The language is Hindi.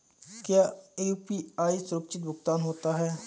क्या यू.पी.आई सुरक्षित भुगतान होता है?